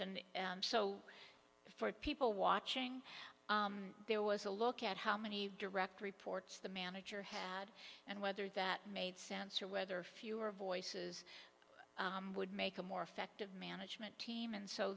and so for people watching there was a look at how many direct reports the manager had and whether that made sense or whether fewer voices would make a more effective management team and so